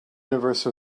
universe